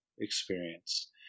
experience